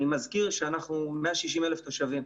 אני מזכיר שאנחנו עם 160,000 תושבים.